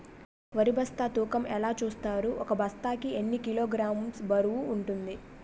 వరి బస్తా తూకం ఎలా చూస్తారు? ఒక బస్తా కి ఎన్ని కిలోగ్రామ్స్ బరువు వుంటుంది?